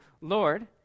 Lord